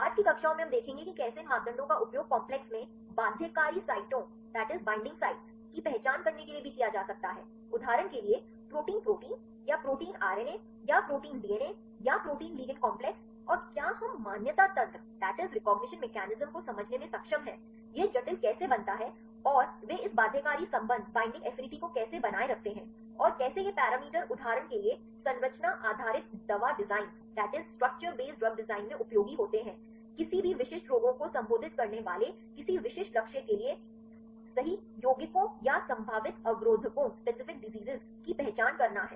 बाद की कक्षाओं में हम देखेंगे कि कैसे इन मापदंडों का उपयोग कॉम्प्लेक्स में बाध्यकारी साइटों की पहचान करने के लिए भी किया जा सकता है उदाहरण के लिए प्रोटीन प्रोटीन या प्रोटीन आरएनए या प्रोटीन डीएनए या प्रोटीन लिगैंड कॉम्प्लेक्स और क्या हम मान्यता तंत्र को समझने में सक्षम हैं यह जटिल कैसे बनता है और वे इस बाध्यकारी संबंध को कैसे बनाए रखते हैं और कैसे ये पैरामीटर उदाहरण के लिए संरचना आधारित दवा डिजाइन में उपयोगी होते हैं किसी भी विशिष्ट रोगों को संबोधित करने वाले किसी विशिष्ट लक्ष्य के लिए सही यौगिकों या संभावित अवरोधकों की पहचान करना है